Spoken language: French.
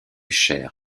cher